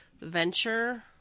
venture